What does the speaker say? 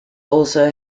also